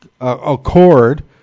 Accord